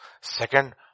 Second